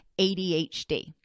ADHD